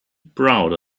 proud